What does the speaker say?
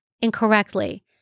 incorrectly